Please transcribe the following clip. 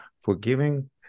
forgiving